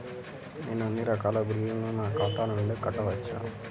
నేను అన్నీ రకాల బిల్లులను నా ఖాతా నుండి కట్టవచ్చా?